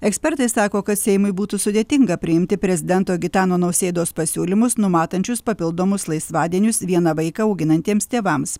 ekspertai sako kad seimui būtų sudėtinga priimti prezidento gitano nausėdos pasiūlymus numatančius papildomus laisvadienius vieną vaiką auginantiems tėvams